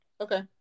Okay